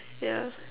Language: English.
yeah